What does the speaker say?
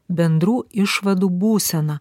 bendrų išvadų būseną